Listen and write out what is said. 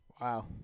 Wow